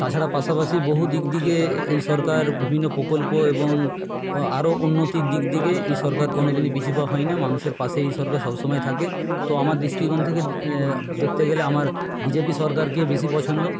তাছাড়া পাশাপাশি বহু দিক দিগে এএই সরকার বিভিন্ন পোকল্প এবং আরও উন্নতির দিক দিগে এই সরকার কোনো দিনই পিছু পা হয় না মানুষের পাশে এই সরকার সব সময় থাকে তো আমার দৃ ষ্টিকোণ থেকে দেখতে গেলে আমার বিজেপি সরকারকেই বেশি পছন্দ